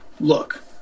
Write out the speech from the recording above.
look